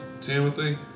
Timothy